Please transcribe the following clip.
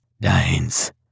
Dines